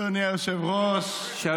אדוני היושב-ראש,